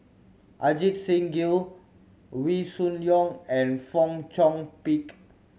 Ajit Singh Gill Wee Shoo Leong and Fong Chong Pik